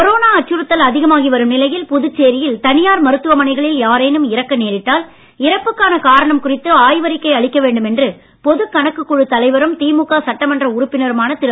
corona அச்சுறுத்தல் அதிகமாகி வரும் நிலையில் புதுச்சேரியில் தனியார் மருத்துவமனைகளில் யாரேனும் இறக்க நேரிட்டால் இறப்புக்கான காரணம் குறித்து ஆய்வறிக்கை அளிக்க வேண்டும் என்று பொதுக் கணக்குக் குழுத் தலைவரும் திமுக சட்டமன்ற உறுப்பினருமான திரு